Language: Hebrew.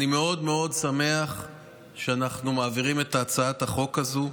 אני מאוד מאוד שמח שאנחנו מעבירים את הצעת החוק הזאת,